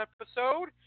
episode